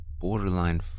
borderline